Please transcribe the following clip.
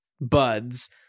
buds